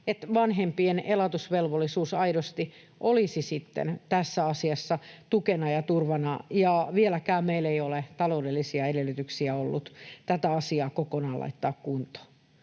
vanhempien elatusvelvollisuus aidosti olisi sitten tässä asiassa tukena ja turvana. Vieläkään meillä ei ole taloudellisia edellytyksiä ollut tätä asiaa kokonaan laittaa kuntoon.